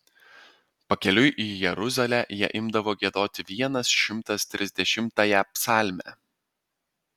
pakeliui į jeruzalę jie imdavo giedoti vienas šimtas trisdešimtąją psalmę